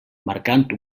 marcant